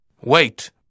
Wait